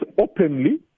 openly